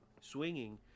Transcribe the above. swinging